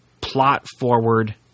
plot-forward